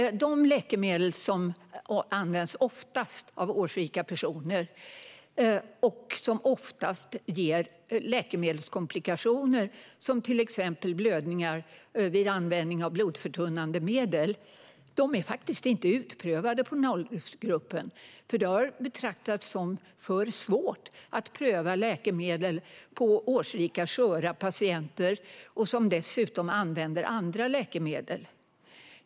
De läkemedel som används oftast av årsrika personer och som oftast ger läkemedelskomplikationer, till exempel blödningar vid användning av blodförtunnande medel, är faktiskt inte utprövade på den åldersgruppen. Det har betraktats som för svårt att pröva läkemedel på årsrika, sköra patienter som dessutom använder andra läkemedel.